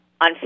on